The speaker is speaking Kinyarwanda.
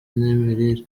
n’imirire